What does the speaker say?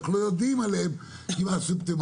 רק לא יודעים עליהם כי הם א-סימפטומטיים.